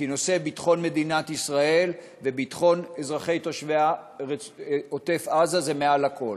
כי נושא ביטחון מדינת ישראל וביטחון אזרחי עוטף-עזה הוא מעל הכול.